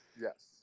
Yes